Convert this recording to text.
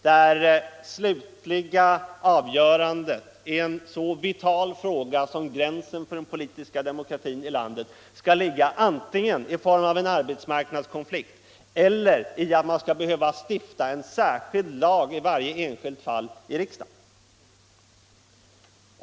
Det slutliga avgörandet i en så vital fråga som gränsen för den politiska demokratin i landet skulle fällas antingen genom en arbetskonflikt eller också genom att riksdagen måste stifta en särskild lag i varje enskilt fall.